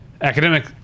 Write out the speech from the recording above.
academic